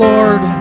Lord